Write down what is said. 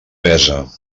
pesa